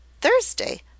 thursday